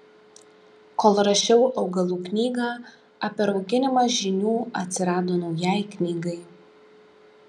kol rašiau augalų knygą apie rauginimą žinių atsirado naujai knygai